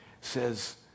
says